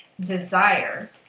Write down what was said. desire